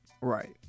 Right